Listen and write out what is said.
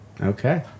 okay